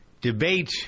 debate